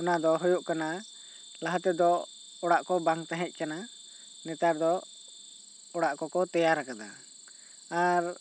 ᱚᱱᱟ ᱫᱚ ᱦᱩᱭᱩᱜ ᱠᱟᱱᱟ ᱞᱟᱦᱟ ᱛᱮᱫᱚ ᱚᱲᱟᱜ ᱠᱚ ᱵᱟᱝ ᱛᱟᱦᱮᱸ ᱠᱟᱱᱟ ᱱᱮᱛᱟᱨ ᱫᱚ ᱚᱲᱟᱜ ᱠᱚ ᱠᱚ ᱛᱮᱭᱟᱨ ᱟᱠᱟᱫᱟ ᱟᱨ